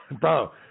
bro